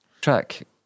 Track